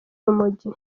urumogi